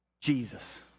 Jesus